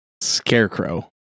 Scarecrow